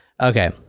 Okay